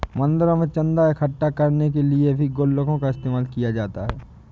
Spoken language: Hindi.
मंदिरों में चन्दा इकट्ठा करने के लिए भी गुल्लकों का इस्तेमाल किया जाता है